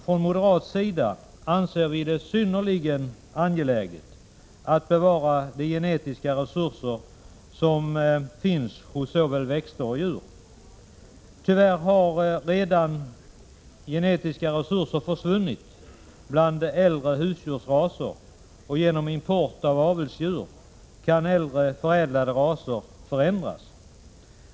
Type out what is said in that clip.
Från moderat sida anser vi det synnerligen angeläget att bevara de genetiska resurser som finns hos såväl växter som djur. Tyvärr har redan vissa genetiska resurser försvunnit, bl.a. resurser i form av äldre husdjursraser, och genom import av avelsdjur kan äldre, förädlade raser förändras.